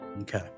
Okay